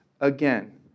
again